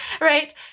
right